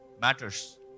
matters